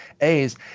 A's